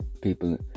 People